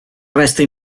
resta